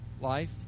life